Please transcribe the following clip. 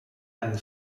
einem